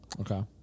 Okay